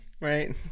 right